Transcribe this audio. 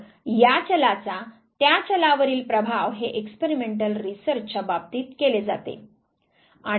तर या चलाचा त्या चलावरील प्रभाव हे एक्सपेरिमेंटल रिसर्चच्या बाबतीत केले जाते